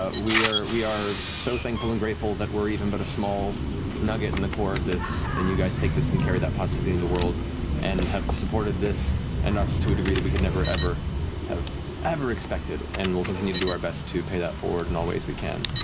ah we are we are so thankful and grateful that we're even but a small nugget in the core of this and you guys take this and carry that positivity in the world and have supported this and us to a degree that we could never, ever have ever expected and we'll continue to do our best to pay that forward in all ways we can.